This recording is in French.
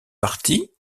partie